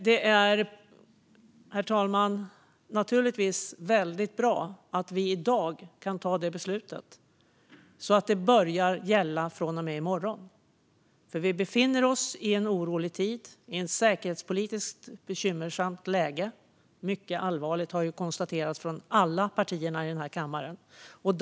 Det är, herr talman, naturligtvis väldigt bra att vi i dag kan fatta detta beslut så att det kan börja gälla från och med i morgon. Vi befinner oss i en orolig tid och i ett säkerhetspolitiskt bekymmersamt läge. Det är mycket allvarligt, vilket alla partier här i kammaren har konstaterat.